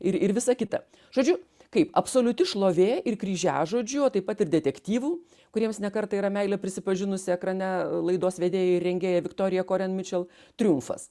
ir ir visa kita žodžiu kaip absoliuti šlovė ir kryžiažodžių o taip pat ir detektyvų kuriems ne kartą yra meilę prisipažinusi ekrane laidos vedėja ir rengėja viktorija koren mičel triumfas